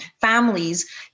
families